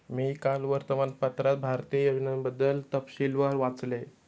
मी काल वर्तमानपत्रात भारतीय योजनांबद्दल तपशीलवार वाचले